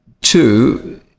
two